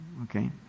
Okay